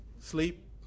sleep